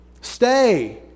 stay